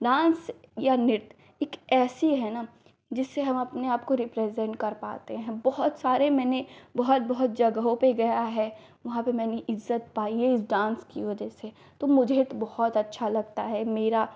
dance या नृत्य एक ऐसी है ना जिससे हम अपने आप को रिप्रेजेन्ट कर पाते हैं बहुत सारी मैं बहुत बहुत जगहों पर गई हूँ वहाँ पर मैंने इज्जत पाई है इस डान्स की वज़ह से तो मुझे तो बहुत अच्छा लगता है मेरा